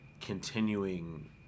continuing